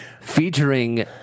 featuring